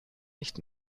nicht